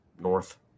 north